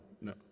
no